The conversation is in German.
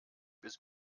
bis